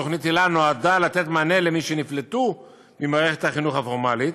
תוכנית היל"ה נועדה לתת מענה למי שנפלטו ממערכת החינוך הפורמלית,